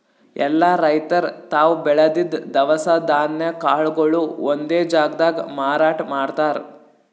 ಎಲ್ಲಾ ರೈತರ್ ತಾವ್ ಬೆಳದಿದ್ದ್ ದವಸ ಧಾನ್ಯ ಕಾಳ್ಗೊಳು ಒಂದೇ ಜಾಗ್ದಾಗ್ ಮಾರಾಟ್ ಮಾಡ್ತಾರ್